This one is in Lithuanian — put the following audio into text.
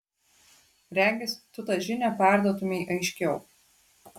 regis tu tą žinią perduotumei aiškiau